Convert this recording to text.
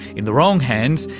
in the wrong hands,